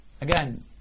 Again